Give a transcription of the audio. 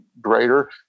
greater